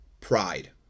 pride